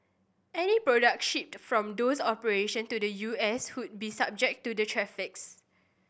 any products shipped from those operations to the U S would be subject to the tariffs